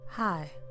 Hi